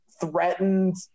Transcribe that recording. threatened